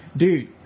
dude